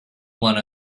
one